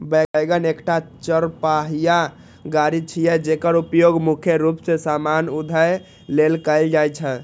wagon एकटा चरपहिया गाड़ी छियै, जेकर उपयोग मुख्य रूप मे सामान उघै लेल कैल जाइ छै